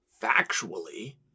factually